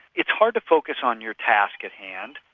it's hard to focus on your task at hand,